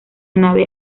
nave